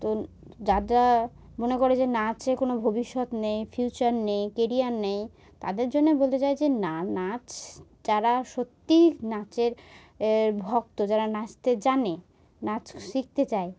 তো যারা মনে করে যে নাচে কোনো ভবিষ্যৎ নেই ফিউচার নেই কেরিয়ার নেই তাদের জন্যে বলতে চাই যে না নাচ যারা সত্যিই নাচের এর ভক্ত যারা নাচতে জানে নাচ শিখতে চায়